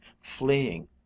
fleeing